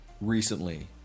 recently